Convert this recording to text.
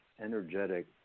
energetic